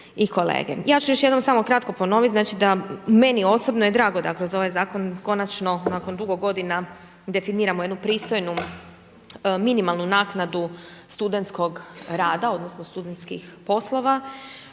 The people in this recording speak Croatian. Ja ću još jednom samo kratko ponovit znači da meni osobno je drago da kroz ovaj zakon konačno nakon drugo godina definiramo jednu pristojnu minimalnu naknadu studentskog rada, odnosno studentskih poslova